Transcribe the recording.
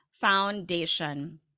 Foundation